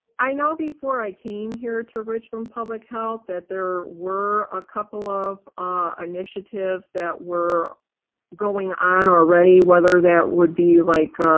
i know before i came here to richland public health, that there were a couple of initiatives that were going on already. whether that would be like